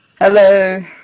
Hello